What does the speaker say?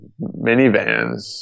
minivans